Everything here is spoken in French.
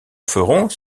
ferons